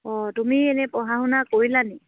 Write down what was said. অঁ তুমি এনেই পঢ়া শুনা কৰিলা নি